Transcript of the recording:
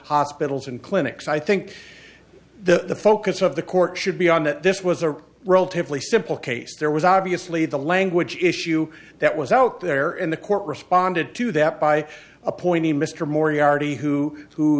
hospitals and clinics i think the focus of the court should be on that this was a relatively simple case there was obviously the language issue that was out there and the court responded to that by appointing mr moriarty who who